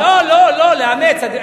לא לא, לאמץ.